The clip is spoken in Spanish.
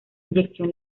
inyección